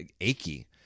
achy